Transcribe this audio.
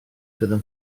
gyda